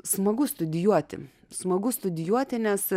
smagu studijuoti smagu studijuoti nes